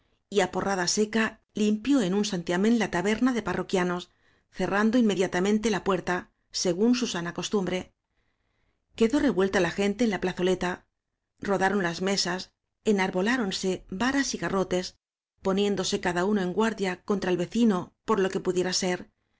á porrada seca limpió en un santiamén la taber na de parroquianos cerrando inmediatamente la puerta según su sana costumbre ouedó revuelta la gente en la plazoleta rodaron las mesas enarboláronse varas y ga rrotes poniéndose cada uno en guardia contra el vecino por lo que pudiera ser